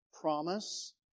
promise